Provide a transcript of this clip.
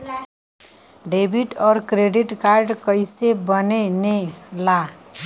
Debit और credit card कईसे बने ने ला?